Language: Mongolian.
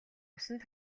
усанд